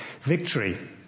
victory